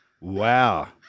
Wow